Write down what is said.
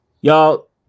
Y'all